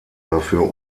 dafür